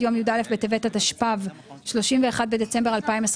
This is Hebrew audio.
יום י"א בטבת התשפ"ו (31 בדצמבר 2025)